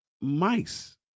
mice